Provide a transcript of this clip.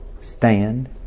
Stand